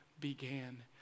began